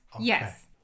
Yes